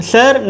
Sir